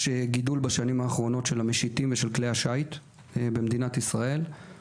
בשנים האחרונות יש גידול של המשיטים ושל כלי השיט במדינת ישראל.